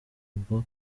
ubwo